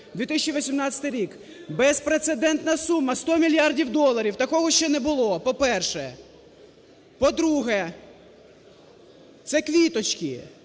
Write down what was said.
2018 рік: безпрецедентна сума – 100 мільярдів доларів. Такого ще не було, по-перше. По-друге, це квіточки,